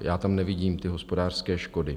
Já tam nevidím ty hospodářské škody.